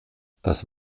das